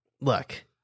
Look